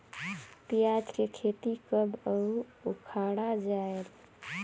पियाज के खेती कब अउ उखाड़ा जायेल?